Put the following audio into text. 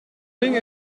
hing